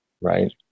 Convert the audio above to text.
right